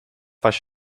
pas